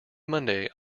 monday